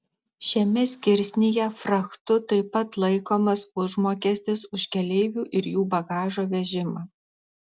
šiame skirsnyje frachtu taip pat laikomas užmokestis už keleivių ir jų bagažo vežimą